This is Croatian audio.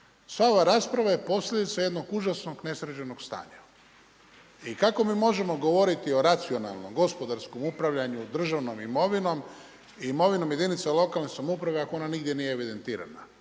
sva ova rasprava je posljedica jednog užasnog nesređenog stanja. I kako mi možemo govoriti o racionalnom, gospodarskom upravljanju državnom imovinom i imovinom jedinica lokalne samouprave ako ona nigdje nije evidentirana,